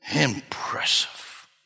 Impressive